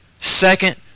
second